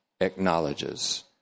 acknowledges